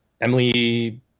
Emily